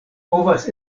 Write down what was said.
povas